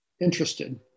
interested